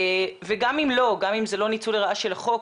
אם זה לא ניצול רעה של החוק,